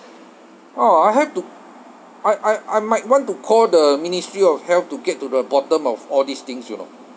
ah I have to I I I might want to call the ministry of health to get to the bottom of all these things you know